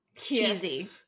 Cheesy